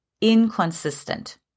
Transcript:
inconsistent